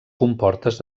comportes